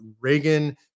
Reagan